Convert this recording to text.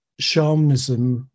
shamanism